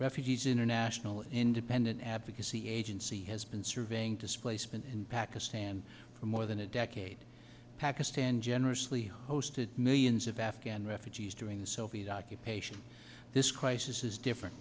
refugees international independent advocacy agency has been surveying displacement in pakistan for more than a decade pakistan generously hosted millions of afghan refugees during the soviet occupation this crisis is different